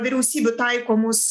vyriausybių taikomus